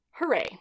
Hooray